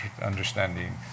understanding